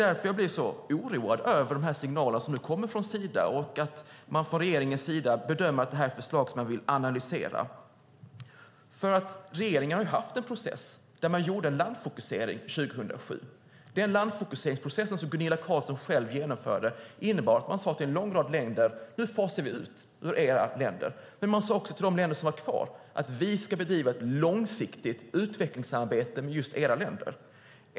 Därför blir jag så oroad över de signaler som nu kommer från Sida och att man från regeringens sida bedömer att detta är ett förslag som man vill analysera. Regeringen har ju haft en process där man gjorde en landfokusering år 2007. Den landfokuseringsprocessen, som Gunilla Carlsson själv genomförde, innebar att man sade till en lång rad länder: Nu fasar vi ut er. Men man sade också till de länder som var kvar: Vi ska bedriva ett långsiktigt utvecklingssamarbete med just er.